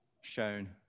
shown